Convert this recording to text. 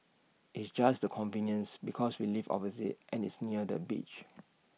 it's just the convenience because we live opposite and it's near the beach